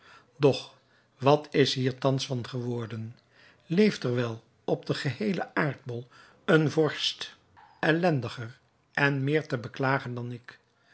doch wat is hier thans van geworden leeft er wel op den geheelen aardbol een vorst ellendiger en meer te beklagen dan ik